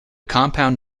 compound